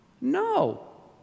No